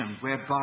whereby